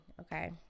Okay